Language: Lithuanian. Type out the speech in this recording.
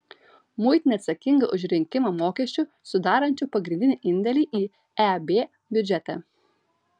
muitinė atsakinga už rinkimą mokesčių sudarančių pagrindinį indėlį į eb biudžetą